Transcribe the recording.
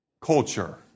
culture